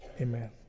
amen